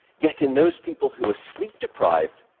yet in those people who were sleep-deprived,